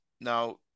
Now